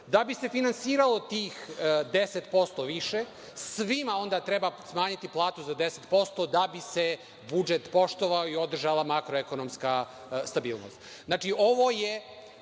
Da bi se finansiralo tih 10% više, svima onda treba smanjiti platu za 10% da bi se budžet poštovao i održala makroekonomska stabilnost.